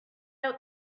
out